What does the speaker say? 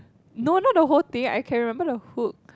no not the whole thing I can remember the hook